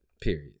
period